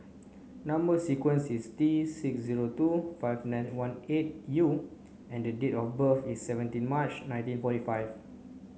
number sequence is T six zero two five nine one eight U and date of birth is seventeen March nineteen forty five